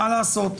מה לעשות,